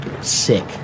sick